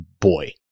boy